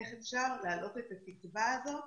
איך אפשר להעלות את התקרה הזאת,